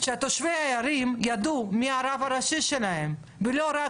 שתושבי הערים יידעו מי הרב הראשי שלהם ולא רק